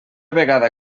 vegada